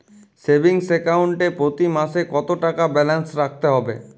Savings account এ প্রতি মাসে কতো টাকা ব্যালান্স রাখতে হবে?